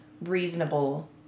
reasonable